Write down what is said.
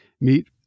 meet